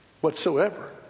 whatsoever